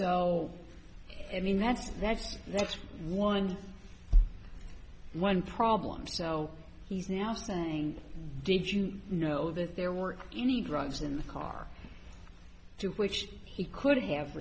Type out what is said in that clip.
so i mean that's that's that's one and one problem so he's now saying did you know that there were any drugs in the car to which he could have